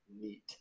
NEAT